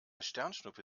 sternschnuppe